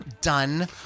done